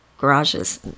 garages